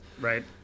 Right